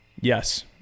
Yes